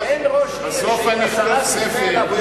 אבל אין ראש עיר שאם השרה תפנה אליו,